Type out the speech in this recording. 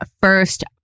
first